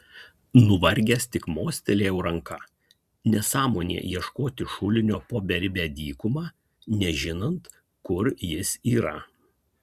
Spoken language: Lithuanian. nuvargęs tik mostelėjau ranka nesąmonė ieškoti šulinio po beribę dykumą nežinant kur jis yra